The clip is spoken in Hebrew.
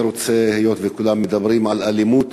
היות שכולם מדברים על אלימות,